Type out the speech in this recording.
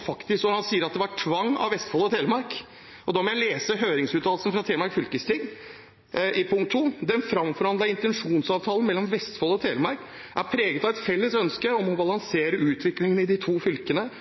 at det har vært tvang av Vestfold og Telemark. Da vil jeg lese fra høringsuttalelsen fra Telemark fylkesting, punkt 2: «Den framforhandlede intensjonsavtalen mellom Vestfold og Telemark er preget av et felles ønske om balansert utvikling i de to fylkene,